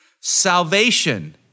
Salvation